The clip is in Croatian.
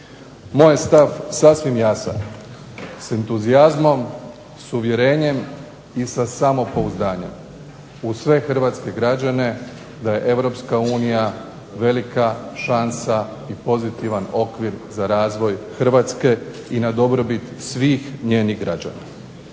Moj je stav sasvim jasan, s entuzijazmom, s uvjerenjem i sa samopouzdanjem u sve hrvatske građane da je Europska unija velika šansa i pozitivan okvir za razvoj Hrvatske i na dobrobit svih njenih građana.